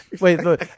Wait